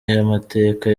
y’amateka